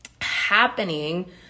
happening